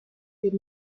des